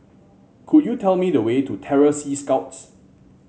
could you tell me the way to Terror Sea Scouts